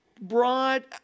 broad